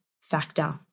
factor